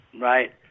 right